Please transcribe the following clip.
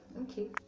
okay